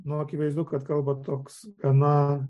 nu akivaizdu kad kalba toks gana